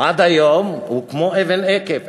עד היום הוא כמו אבן אכף.